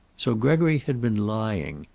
so gregory had been lying.